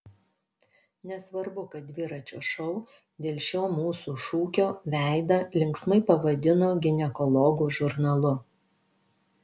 nesvarbu kad dviračio šou dėl šio mūsų šūkio veidą linksmai pavadino ginekologų žurnalu